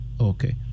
okay